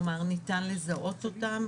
כלומר ניתן לזהות אותם,